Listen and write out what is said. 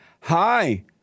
Hi